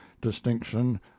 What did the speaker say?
distinction